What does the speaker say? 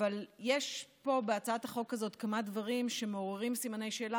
אבל יש בהצעת החוק הזו כמה דברים שמעוררים סימני שאלה.